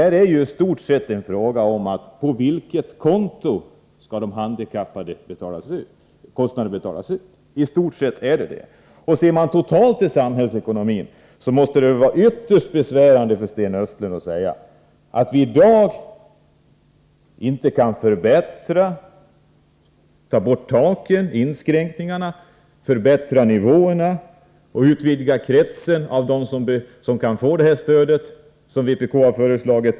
Det är ju i stort sett en fråga om från vilket konto pengarna till de handikappade skall betalas ut. Ser man till samhällsekonomin totalt måste det vara ytterst besvärande för Sten Östlund att säga att vi på grund av det rådande ekonomiska läget i dag inte kan ta bort taket och inskränkningarna, förbättra nivåerna och utvidga kretsen av dem som kan få det stöd som vpk har föreslagit.